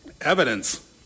evidence